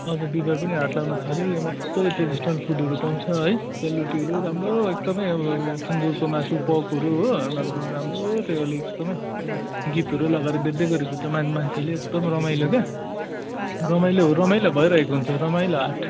हजुर बिहिबार पनि हाट लाग्नुथाल्यो यहाँ मज्जाले ट्राडिसनल फुडहरू पाउँछ है सेलराटीहरू राम्रो एकदमै अब सुँगुरको मासुहरू पर्कहरू आम्मामाम् राम्रो त्यो अहिले एकदमै गीतहरू लगाएर बेच्दै गरेको हुन्छ मान मान्छेले एकदमै रमाइलो क्या रमाइलो रमाइलो भइरहेको हुन्छ रमाइलो हाट